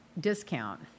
discount